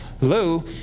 Lou